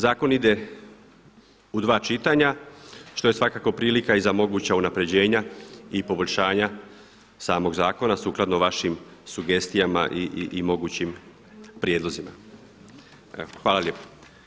Zakon ide u dva čitanja, što je svakako prilika i za moguća unapređenja i poboljšanja samog zakona sukladno vašim sugestijama i mogućim prijedlozima.